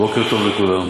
בוקר טוב לכולם.